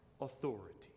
authority